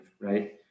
Right